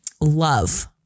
love